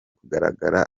kugaragara